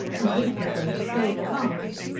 and he preferred to play at cards!